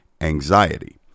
anxiety